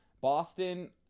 Boston